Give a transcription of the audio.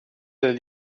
del